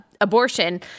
abortion